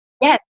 Yes